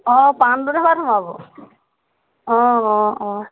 অঁ পাণ্ডু ধাবাত সোমাব অঁ অঁ অঁ